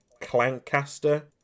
Clancaster